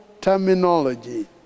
terminology